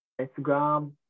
Instagram